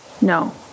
No